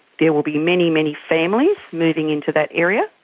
there will be many, many families moving into that area,